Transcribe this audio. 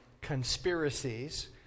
Conspiracies